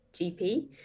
GP